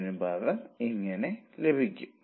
75 ആയി ലഭിക്കും